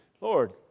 Lord